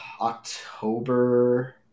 October